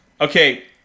Okay